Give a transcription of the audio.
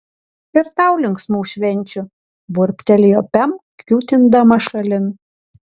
ir tau linksmų švenčių burbtelėjo pem kiūtindama šalin